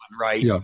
right